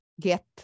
get